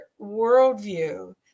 worldview